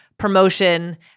promotion